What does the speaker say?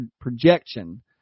projection